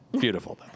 beautiful